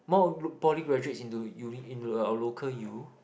more poly graduates into uni into a local U